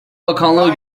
bakanlığı